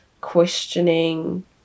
questioning